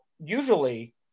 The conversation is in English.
usually